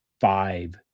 five